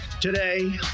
today